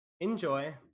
Enjoy